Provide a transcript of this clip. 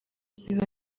biba